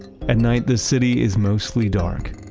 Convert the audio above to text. at night the city is mostly dark,